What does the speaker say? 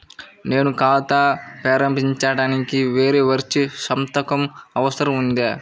నేను ఖాతా ప్రారంభించటానికి వేరే వ్యక్తి సంతకం అవసరం ఉందా?